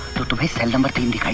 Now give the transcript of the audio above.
to the cell number twenty